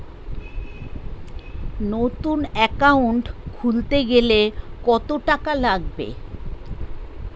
নতুন একাউন্ট খুলতে গেলে কত টাকা লাগবে?